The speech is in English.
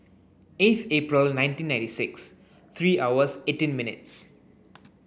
eighth April nineteen ninety six three hours eighteen minutes